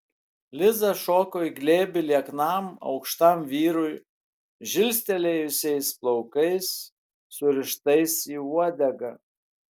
liza šoko į glėbį lieknam aukštam vyrui žilstelėjusiais plaukais surištais į uodegą